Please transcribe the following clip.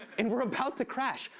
and we're about to crash,